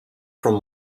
from